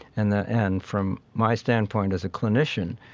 and that, and from my standpoint as a clinician,